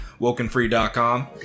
WokenFree.com